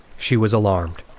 she was alarmed,